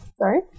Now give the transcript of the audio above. Sorry